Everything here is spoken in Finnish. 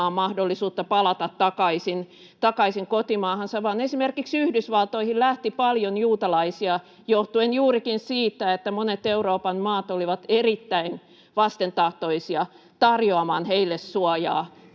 mahdollisuutta palata takaisin kotimaahansa, vaan esimerkiksi Yhdysvaltoihin lähti paljon juutalaisia johtuen juurikin siitä, että monet Euroopan maat olivat erittäin vastentahtoisia tarjoamaan heille suojaa